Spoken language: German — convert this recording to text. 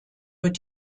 wird